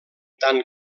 tant